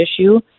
issue